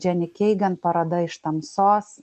dženi keigan paroda iš tamsos